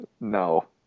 No